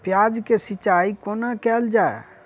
प्याज केँ सिचाई कोना कैल जाए?